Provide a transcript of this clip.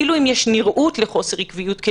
אפילו אם יש נראות לחוסר עקביות כי